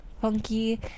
funky